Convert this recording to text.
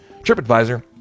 TripAdvisor